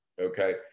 okay